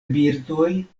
birdoj